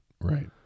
Right